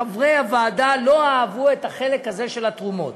חברי הוועדה לא אהבו את החלק הזה של התרומות.